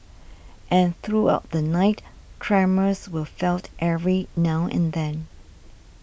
and throughout the night tremors were felt every now and then